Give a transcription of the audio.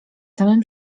samym